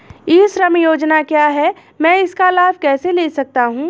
ई श्रम योजना क्या है मैं इसका लाभ कैसे ले सकता हूँ?